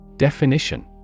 Definition